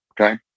Okay